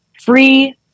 free